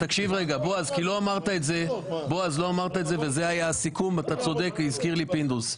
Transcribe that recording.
תקשיב כי לא אמרת את זה וזה היה הסיכום והזכיר לי פינדרוס.